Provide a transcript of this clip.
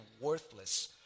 worthless